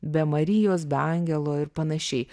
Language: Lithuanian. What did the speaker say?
be marijos be angelo ir panašiai